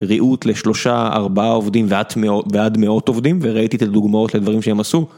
ריהוט לשלושה ארבע עובדים ועד מאות עובדים וראיתי את הדוגמאות לדברים שהם עשו.